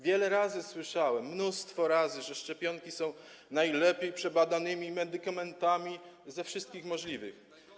Wiele razy słyszałem, mnóstwo razy, że szczepionki są najlepiej przebadanymi medykamentami ze wszystkich możliwych.